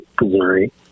Missouri